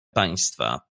państwa